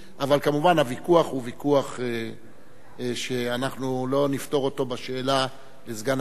אבל כמובן שהוויכוח הוא ויכוח שאנחנו לא נפתור אותו בשאלה לסגן השר.